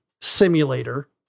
Simulator